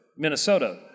Minnesota